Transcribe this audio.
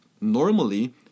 normally